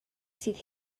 sydd